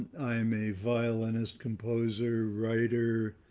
i am a violinist, composer, writer,